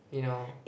you know